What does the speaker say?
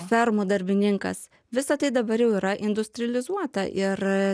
fermų darbininkas visa tai dabar jau yra industrializuota ir